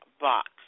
box